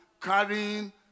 carrying